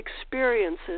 experiences